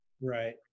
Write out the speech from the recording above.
Right